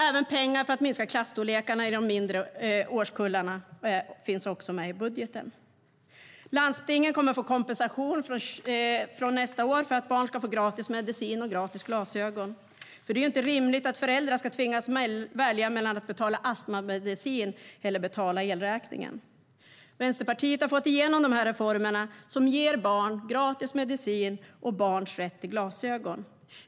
Även pengar för att minska klasstorlekarna i de yngre årskurserna finns med i budgeten. Landstingen kommer att få kompensation från nästa år för att barn ska få gratis medicin och gratis glasögon. Det är inte rimligt att föräldrar tvingas välja mellan att betala astmamedicin eller elräkningen. Vänsterpartiet har fått igenom dessa reformer, som ger barn gratis medicin och rätt till glasögon.